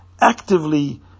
actively